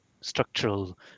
structural